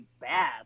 bad